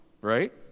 right